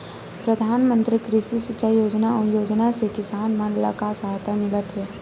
प्रधान मंतरी कृषि सिंचाई योजना अउ योजना से किसान मन ला का सहायता मिलत हे?